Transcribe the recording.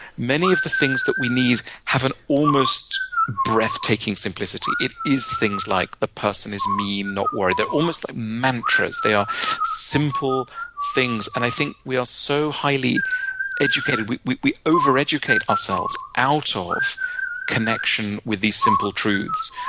many of the things that we need have an almost breathtaking simplicity. it is things like the person is mean, not worried. they're almost like mantras. they are simple things. and i think we are so highly educated, we we overeducate ourselves out ah of connection with these simple truths.